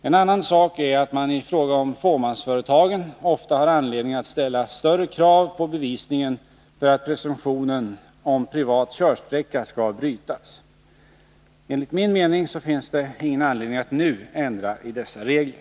En annan sak är att man i fråga om fåmansföretagen ofta har anledning att ställa större krav på bevisningen för att presumtionen om privat körsträcka skall brytas. Enligt min mening finns det ingen anledning att nu ändra i dessa regler.